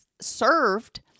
served